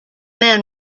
men